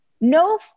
No